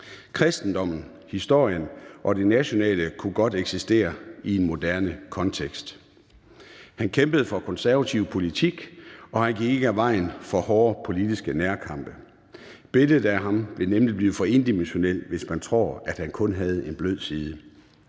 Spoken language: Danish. Kristendommen, historien og det nationale kan godt eksistere i en moderne kontekst. Han kæmpede for konservativ politik, og han gik ikke af vejen for hårde politiske nærkampe. Billedet af ham vil nemlig blive for endimensionelt, hvis man tror, at han kun havde en blød side.